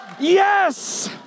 Yes